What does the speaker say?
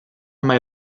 mai